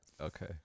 Okay